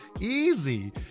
easy